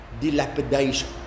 dilapidation